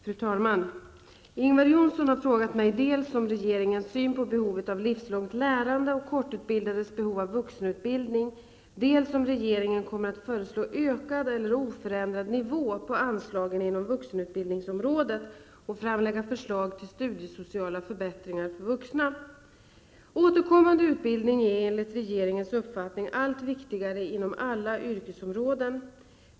Fru talman! Ingvar Johnsson har frågat mig dels om regeringens syn på behovet av livslångt lärande och kortutbildades behov av vuxenutbildning, dels om regeringen kommer att föreslå ökad eller oförändrad nivå på anslagen inom vuxenutbildningsområdet och framlägga förslag till studiesociala förbättringar för vuxna. Återkommande utbildning är enligt regeringens uppfattning allt viktigare inom alla yrkesområden.